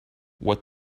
what